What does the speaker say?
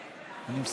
אני פה.